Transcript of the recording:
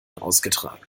ausgetragen